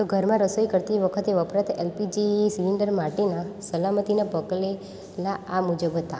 તો ઘરમાં રસોઈ કરતી વખતે વપરાતા એલપીજી સિલેન્ડર માટેના સલામતીના પગલાં આ મુજબ હતાં